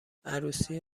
عروسی